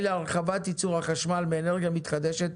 להרחבת ייצור החשמל באנרגיה מתחדשת,